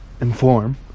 inform